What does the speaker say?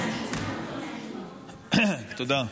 תודה,